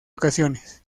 ocasiones